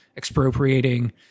expropriating